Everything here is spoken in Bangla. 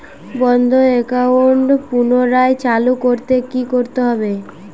বন্ধ একাউন্ট পুনরায় চালু করতে কি করতে হবে?